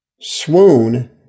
swoon